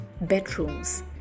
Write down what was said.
bedrooms